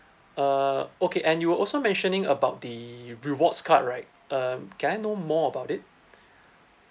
uh okay and you were also mentioning about the rewards card right um can I know more about it